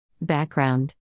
Background